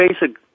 basic